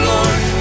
Lord